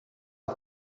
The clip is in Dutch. had